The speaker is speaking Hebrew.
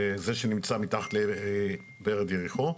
זה שנמצא מתחת ורד יריחו.